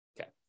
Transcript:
Okay